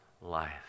life